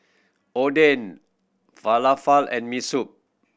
Oden Falafel and Miso Soup